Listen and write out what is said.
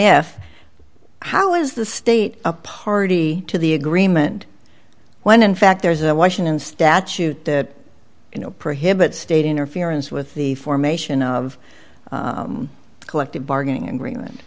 if how is the state a party to the agreement when in fact there's a washington statute that you know prohibits state interference with the formation of collective bargaining agreement